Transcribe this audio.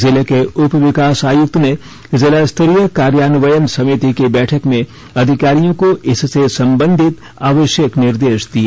जिले के उप विकास आयुक्त ने जिलास्तरीय कार्यान्वयन समिति की बैठक में अधिकारियों को इससे संबंधित आवश्यक निर्देश दिए